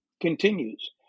continues